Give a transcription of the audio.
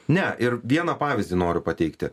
ne ir vieną pavyzdį noriu pateikti